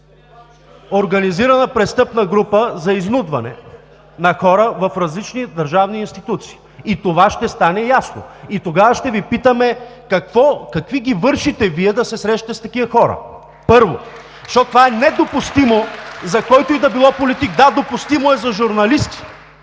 организирана престъпна група за изнудване на хора в различни държавни институции. Това ще стане ясно и тогава ще Ви питаме: какви ги вършите Вие, за да се срещате с такива хора? Първо! (Ръкопляскания от ГЕРБ.) Защото това е недопустимо за който и да било политик. Да, допустимо е за журналисти.